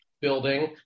building